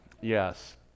yes